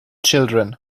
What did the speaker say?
children